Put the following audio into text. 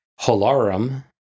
holarum